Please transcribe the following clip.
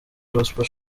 gospel